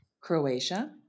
Croatia